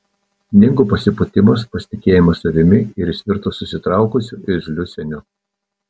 dingo pasipūtimas pasitikėjimas savimi ir jis virto susitraukusiu irzliu seniu